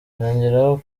yongeraho